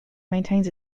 maintains